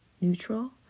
neutral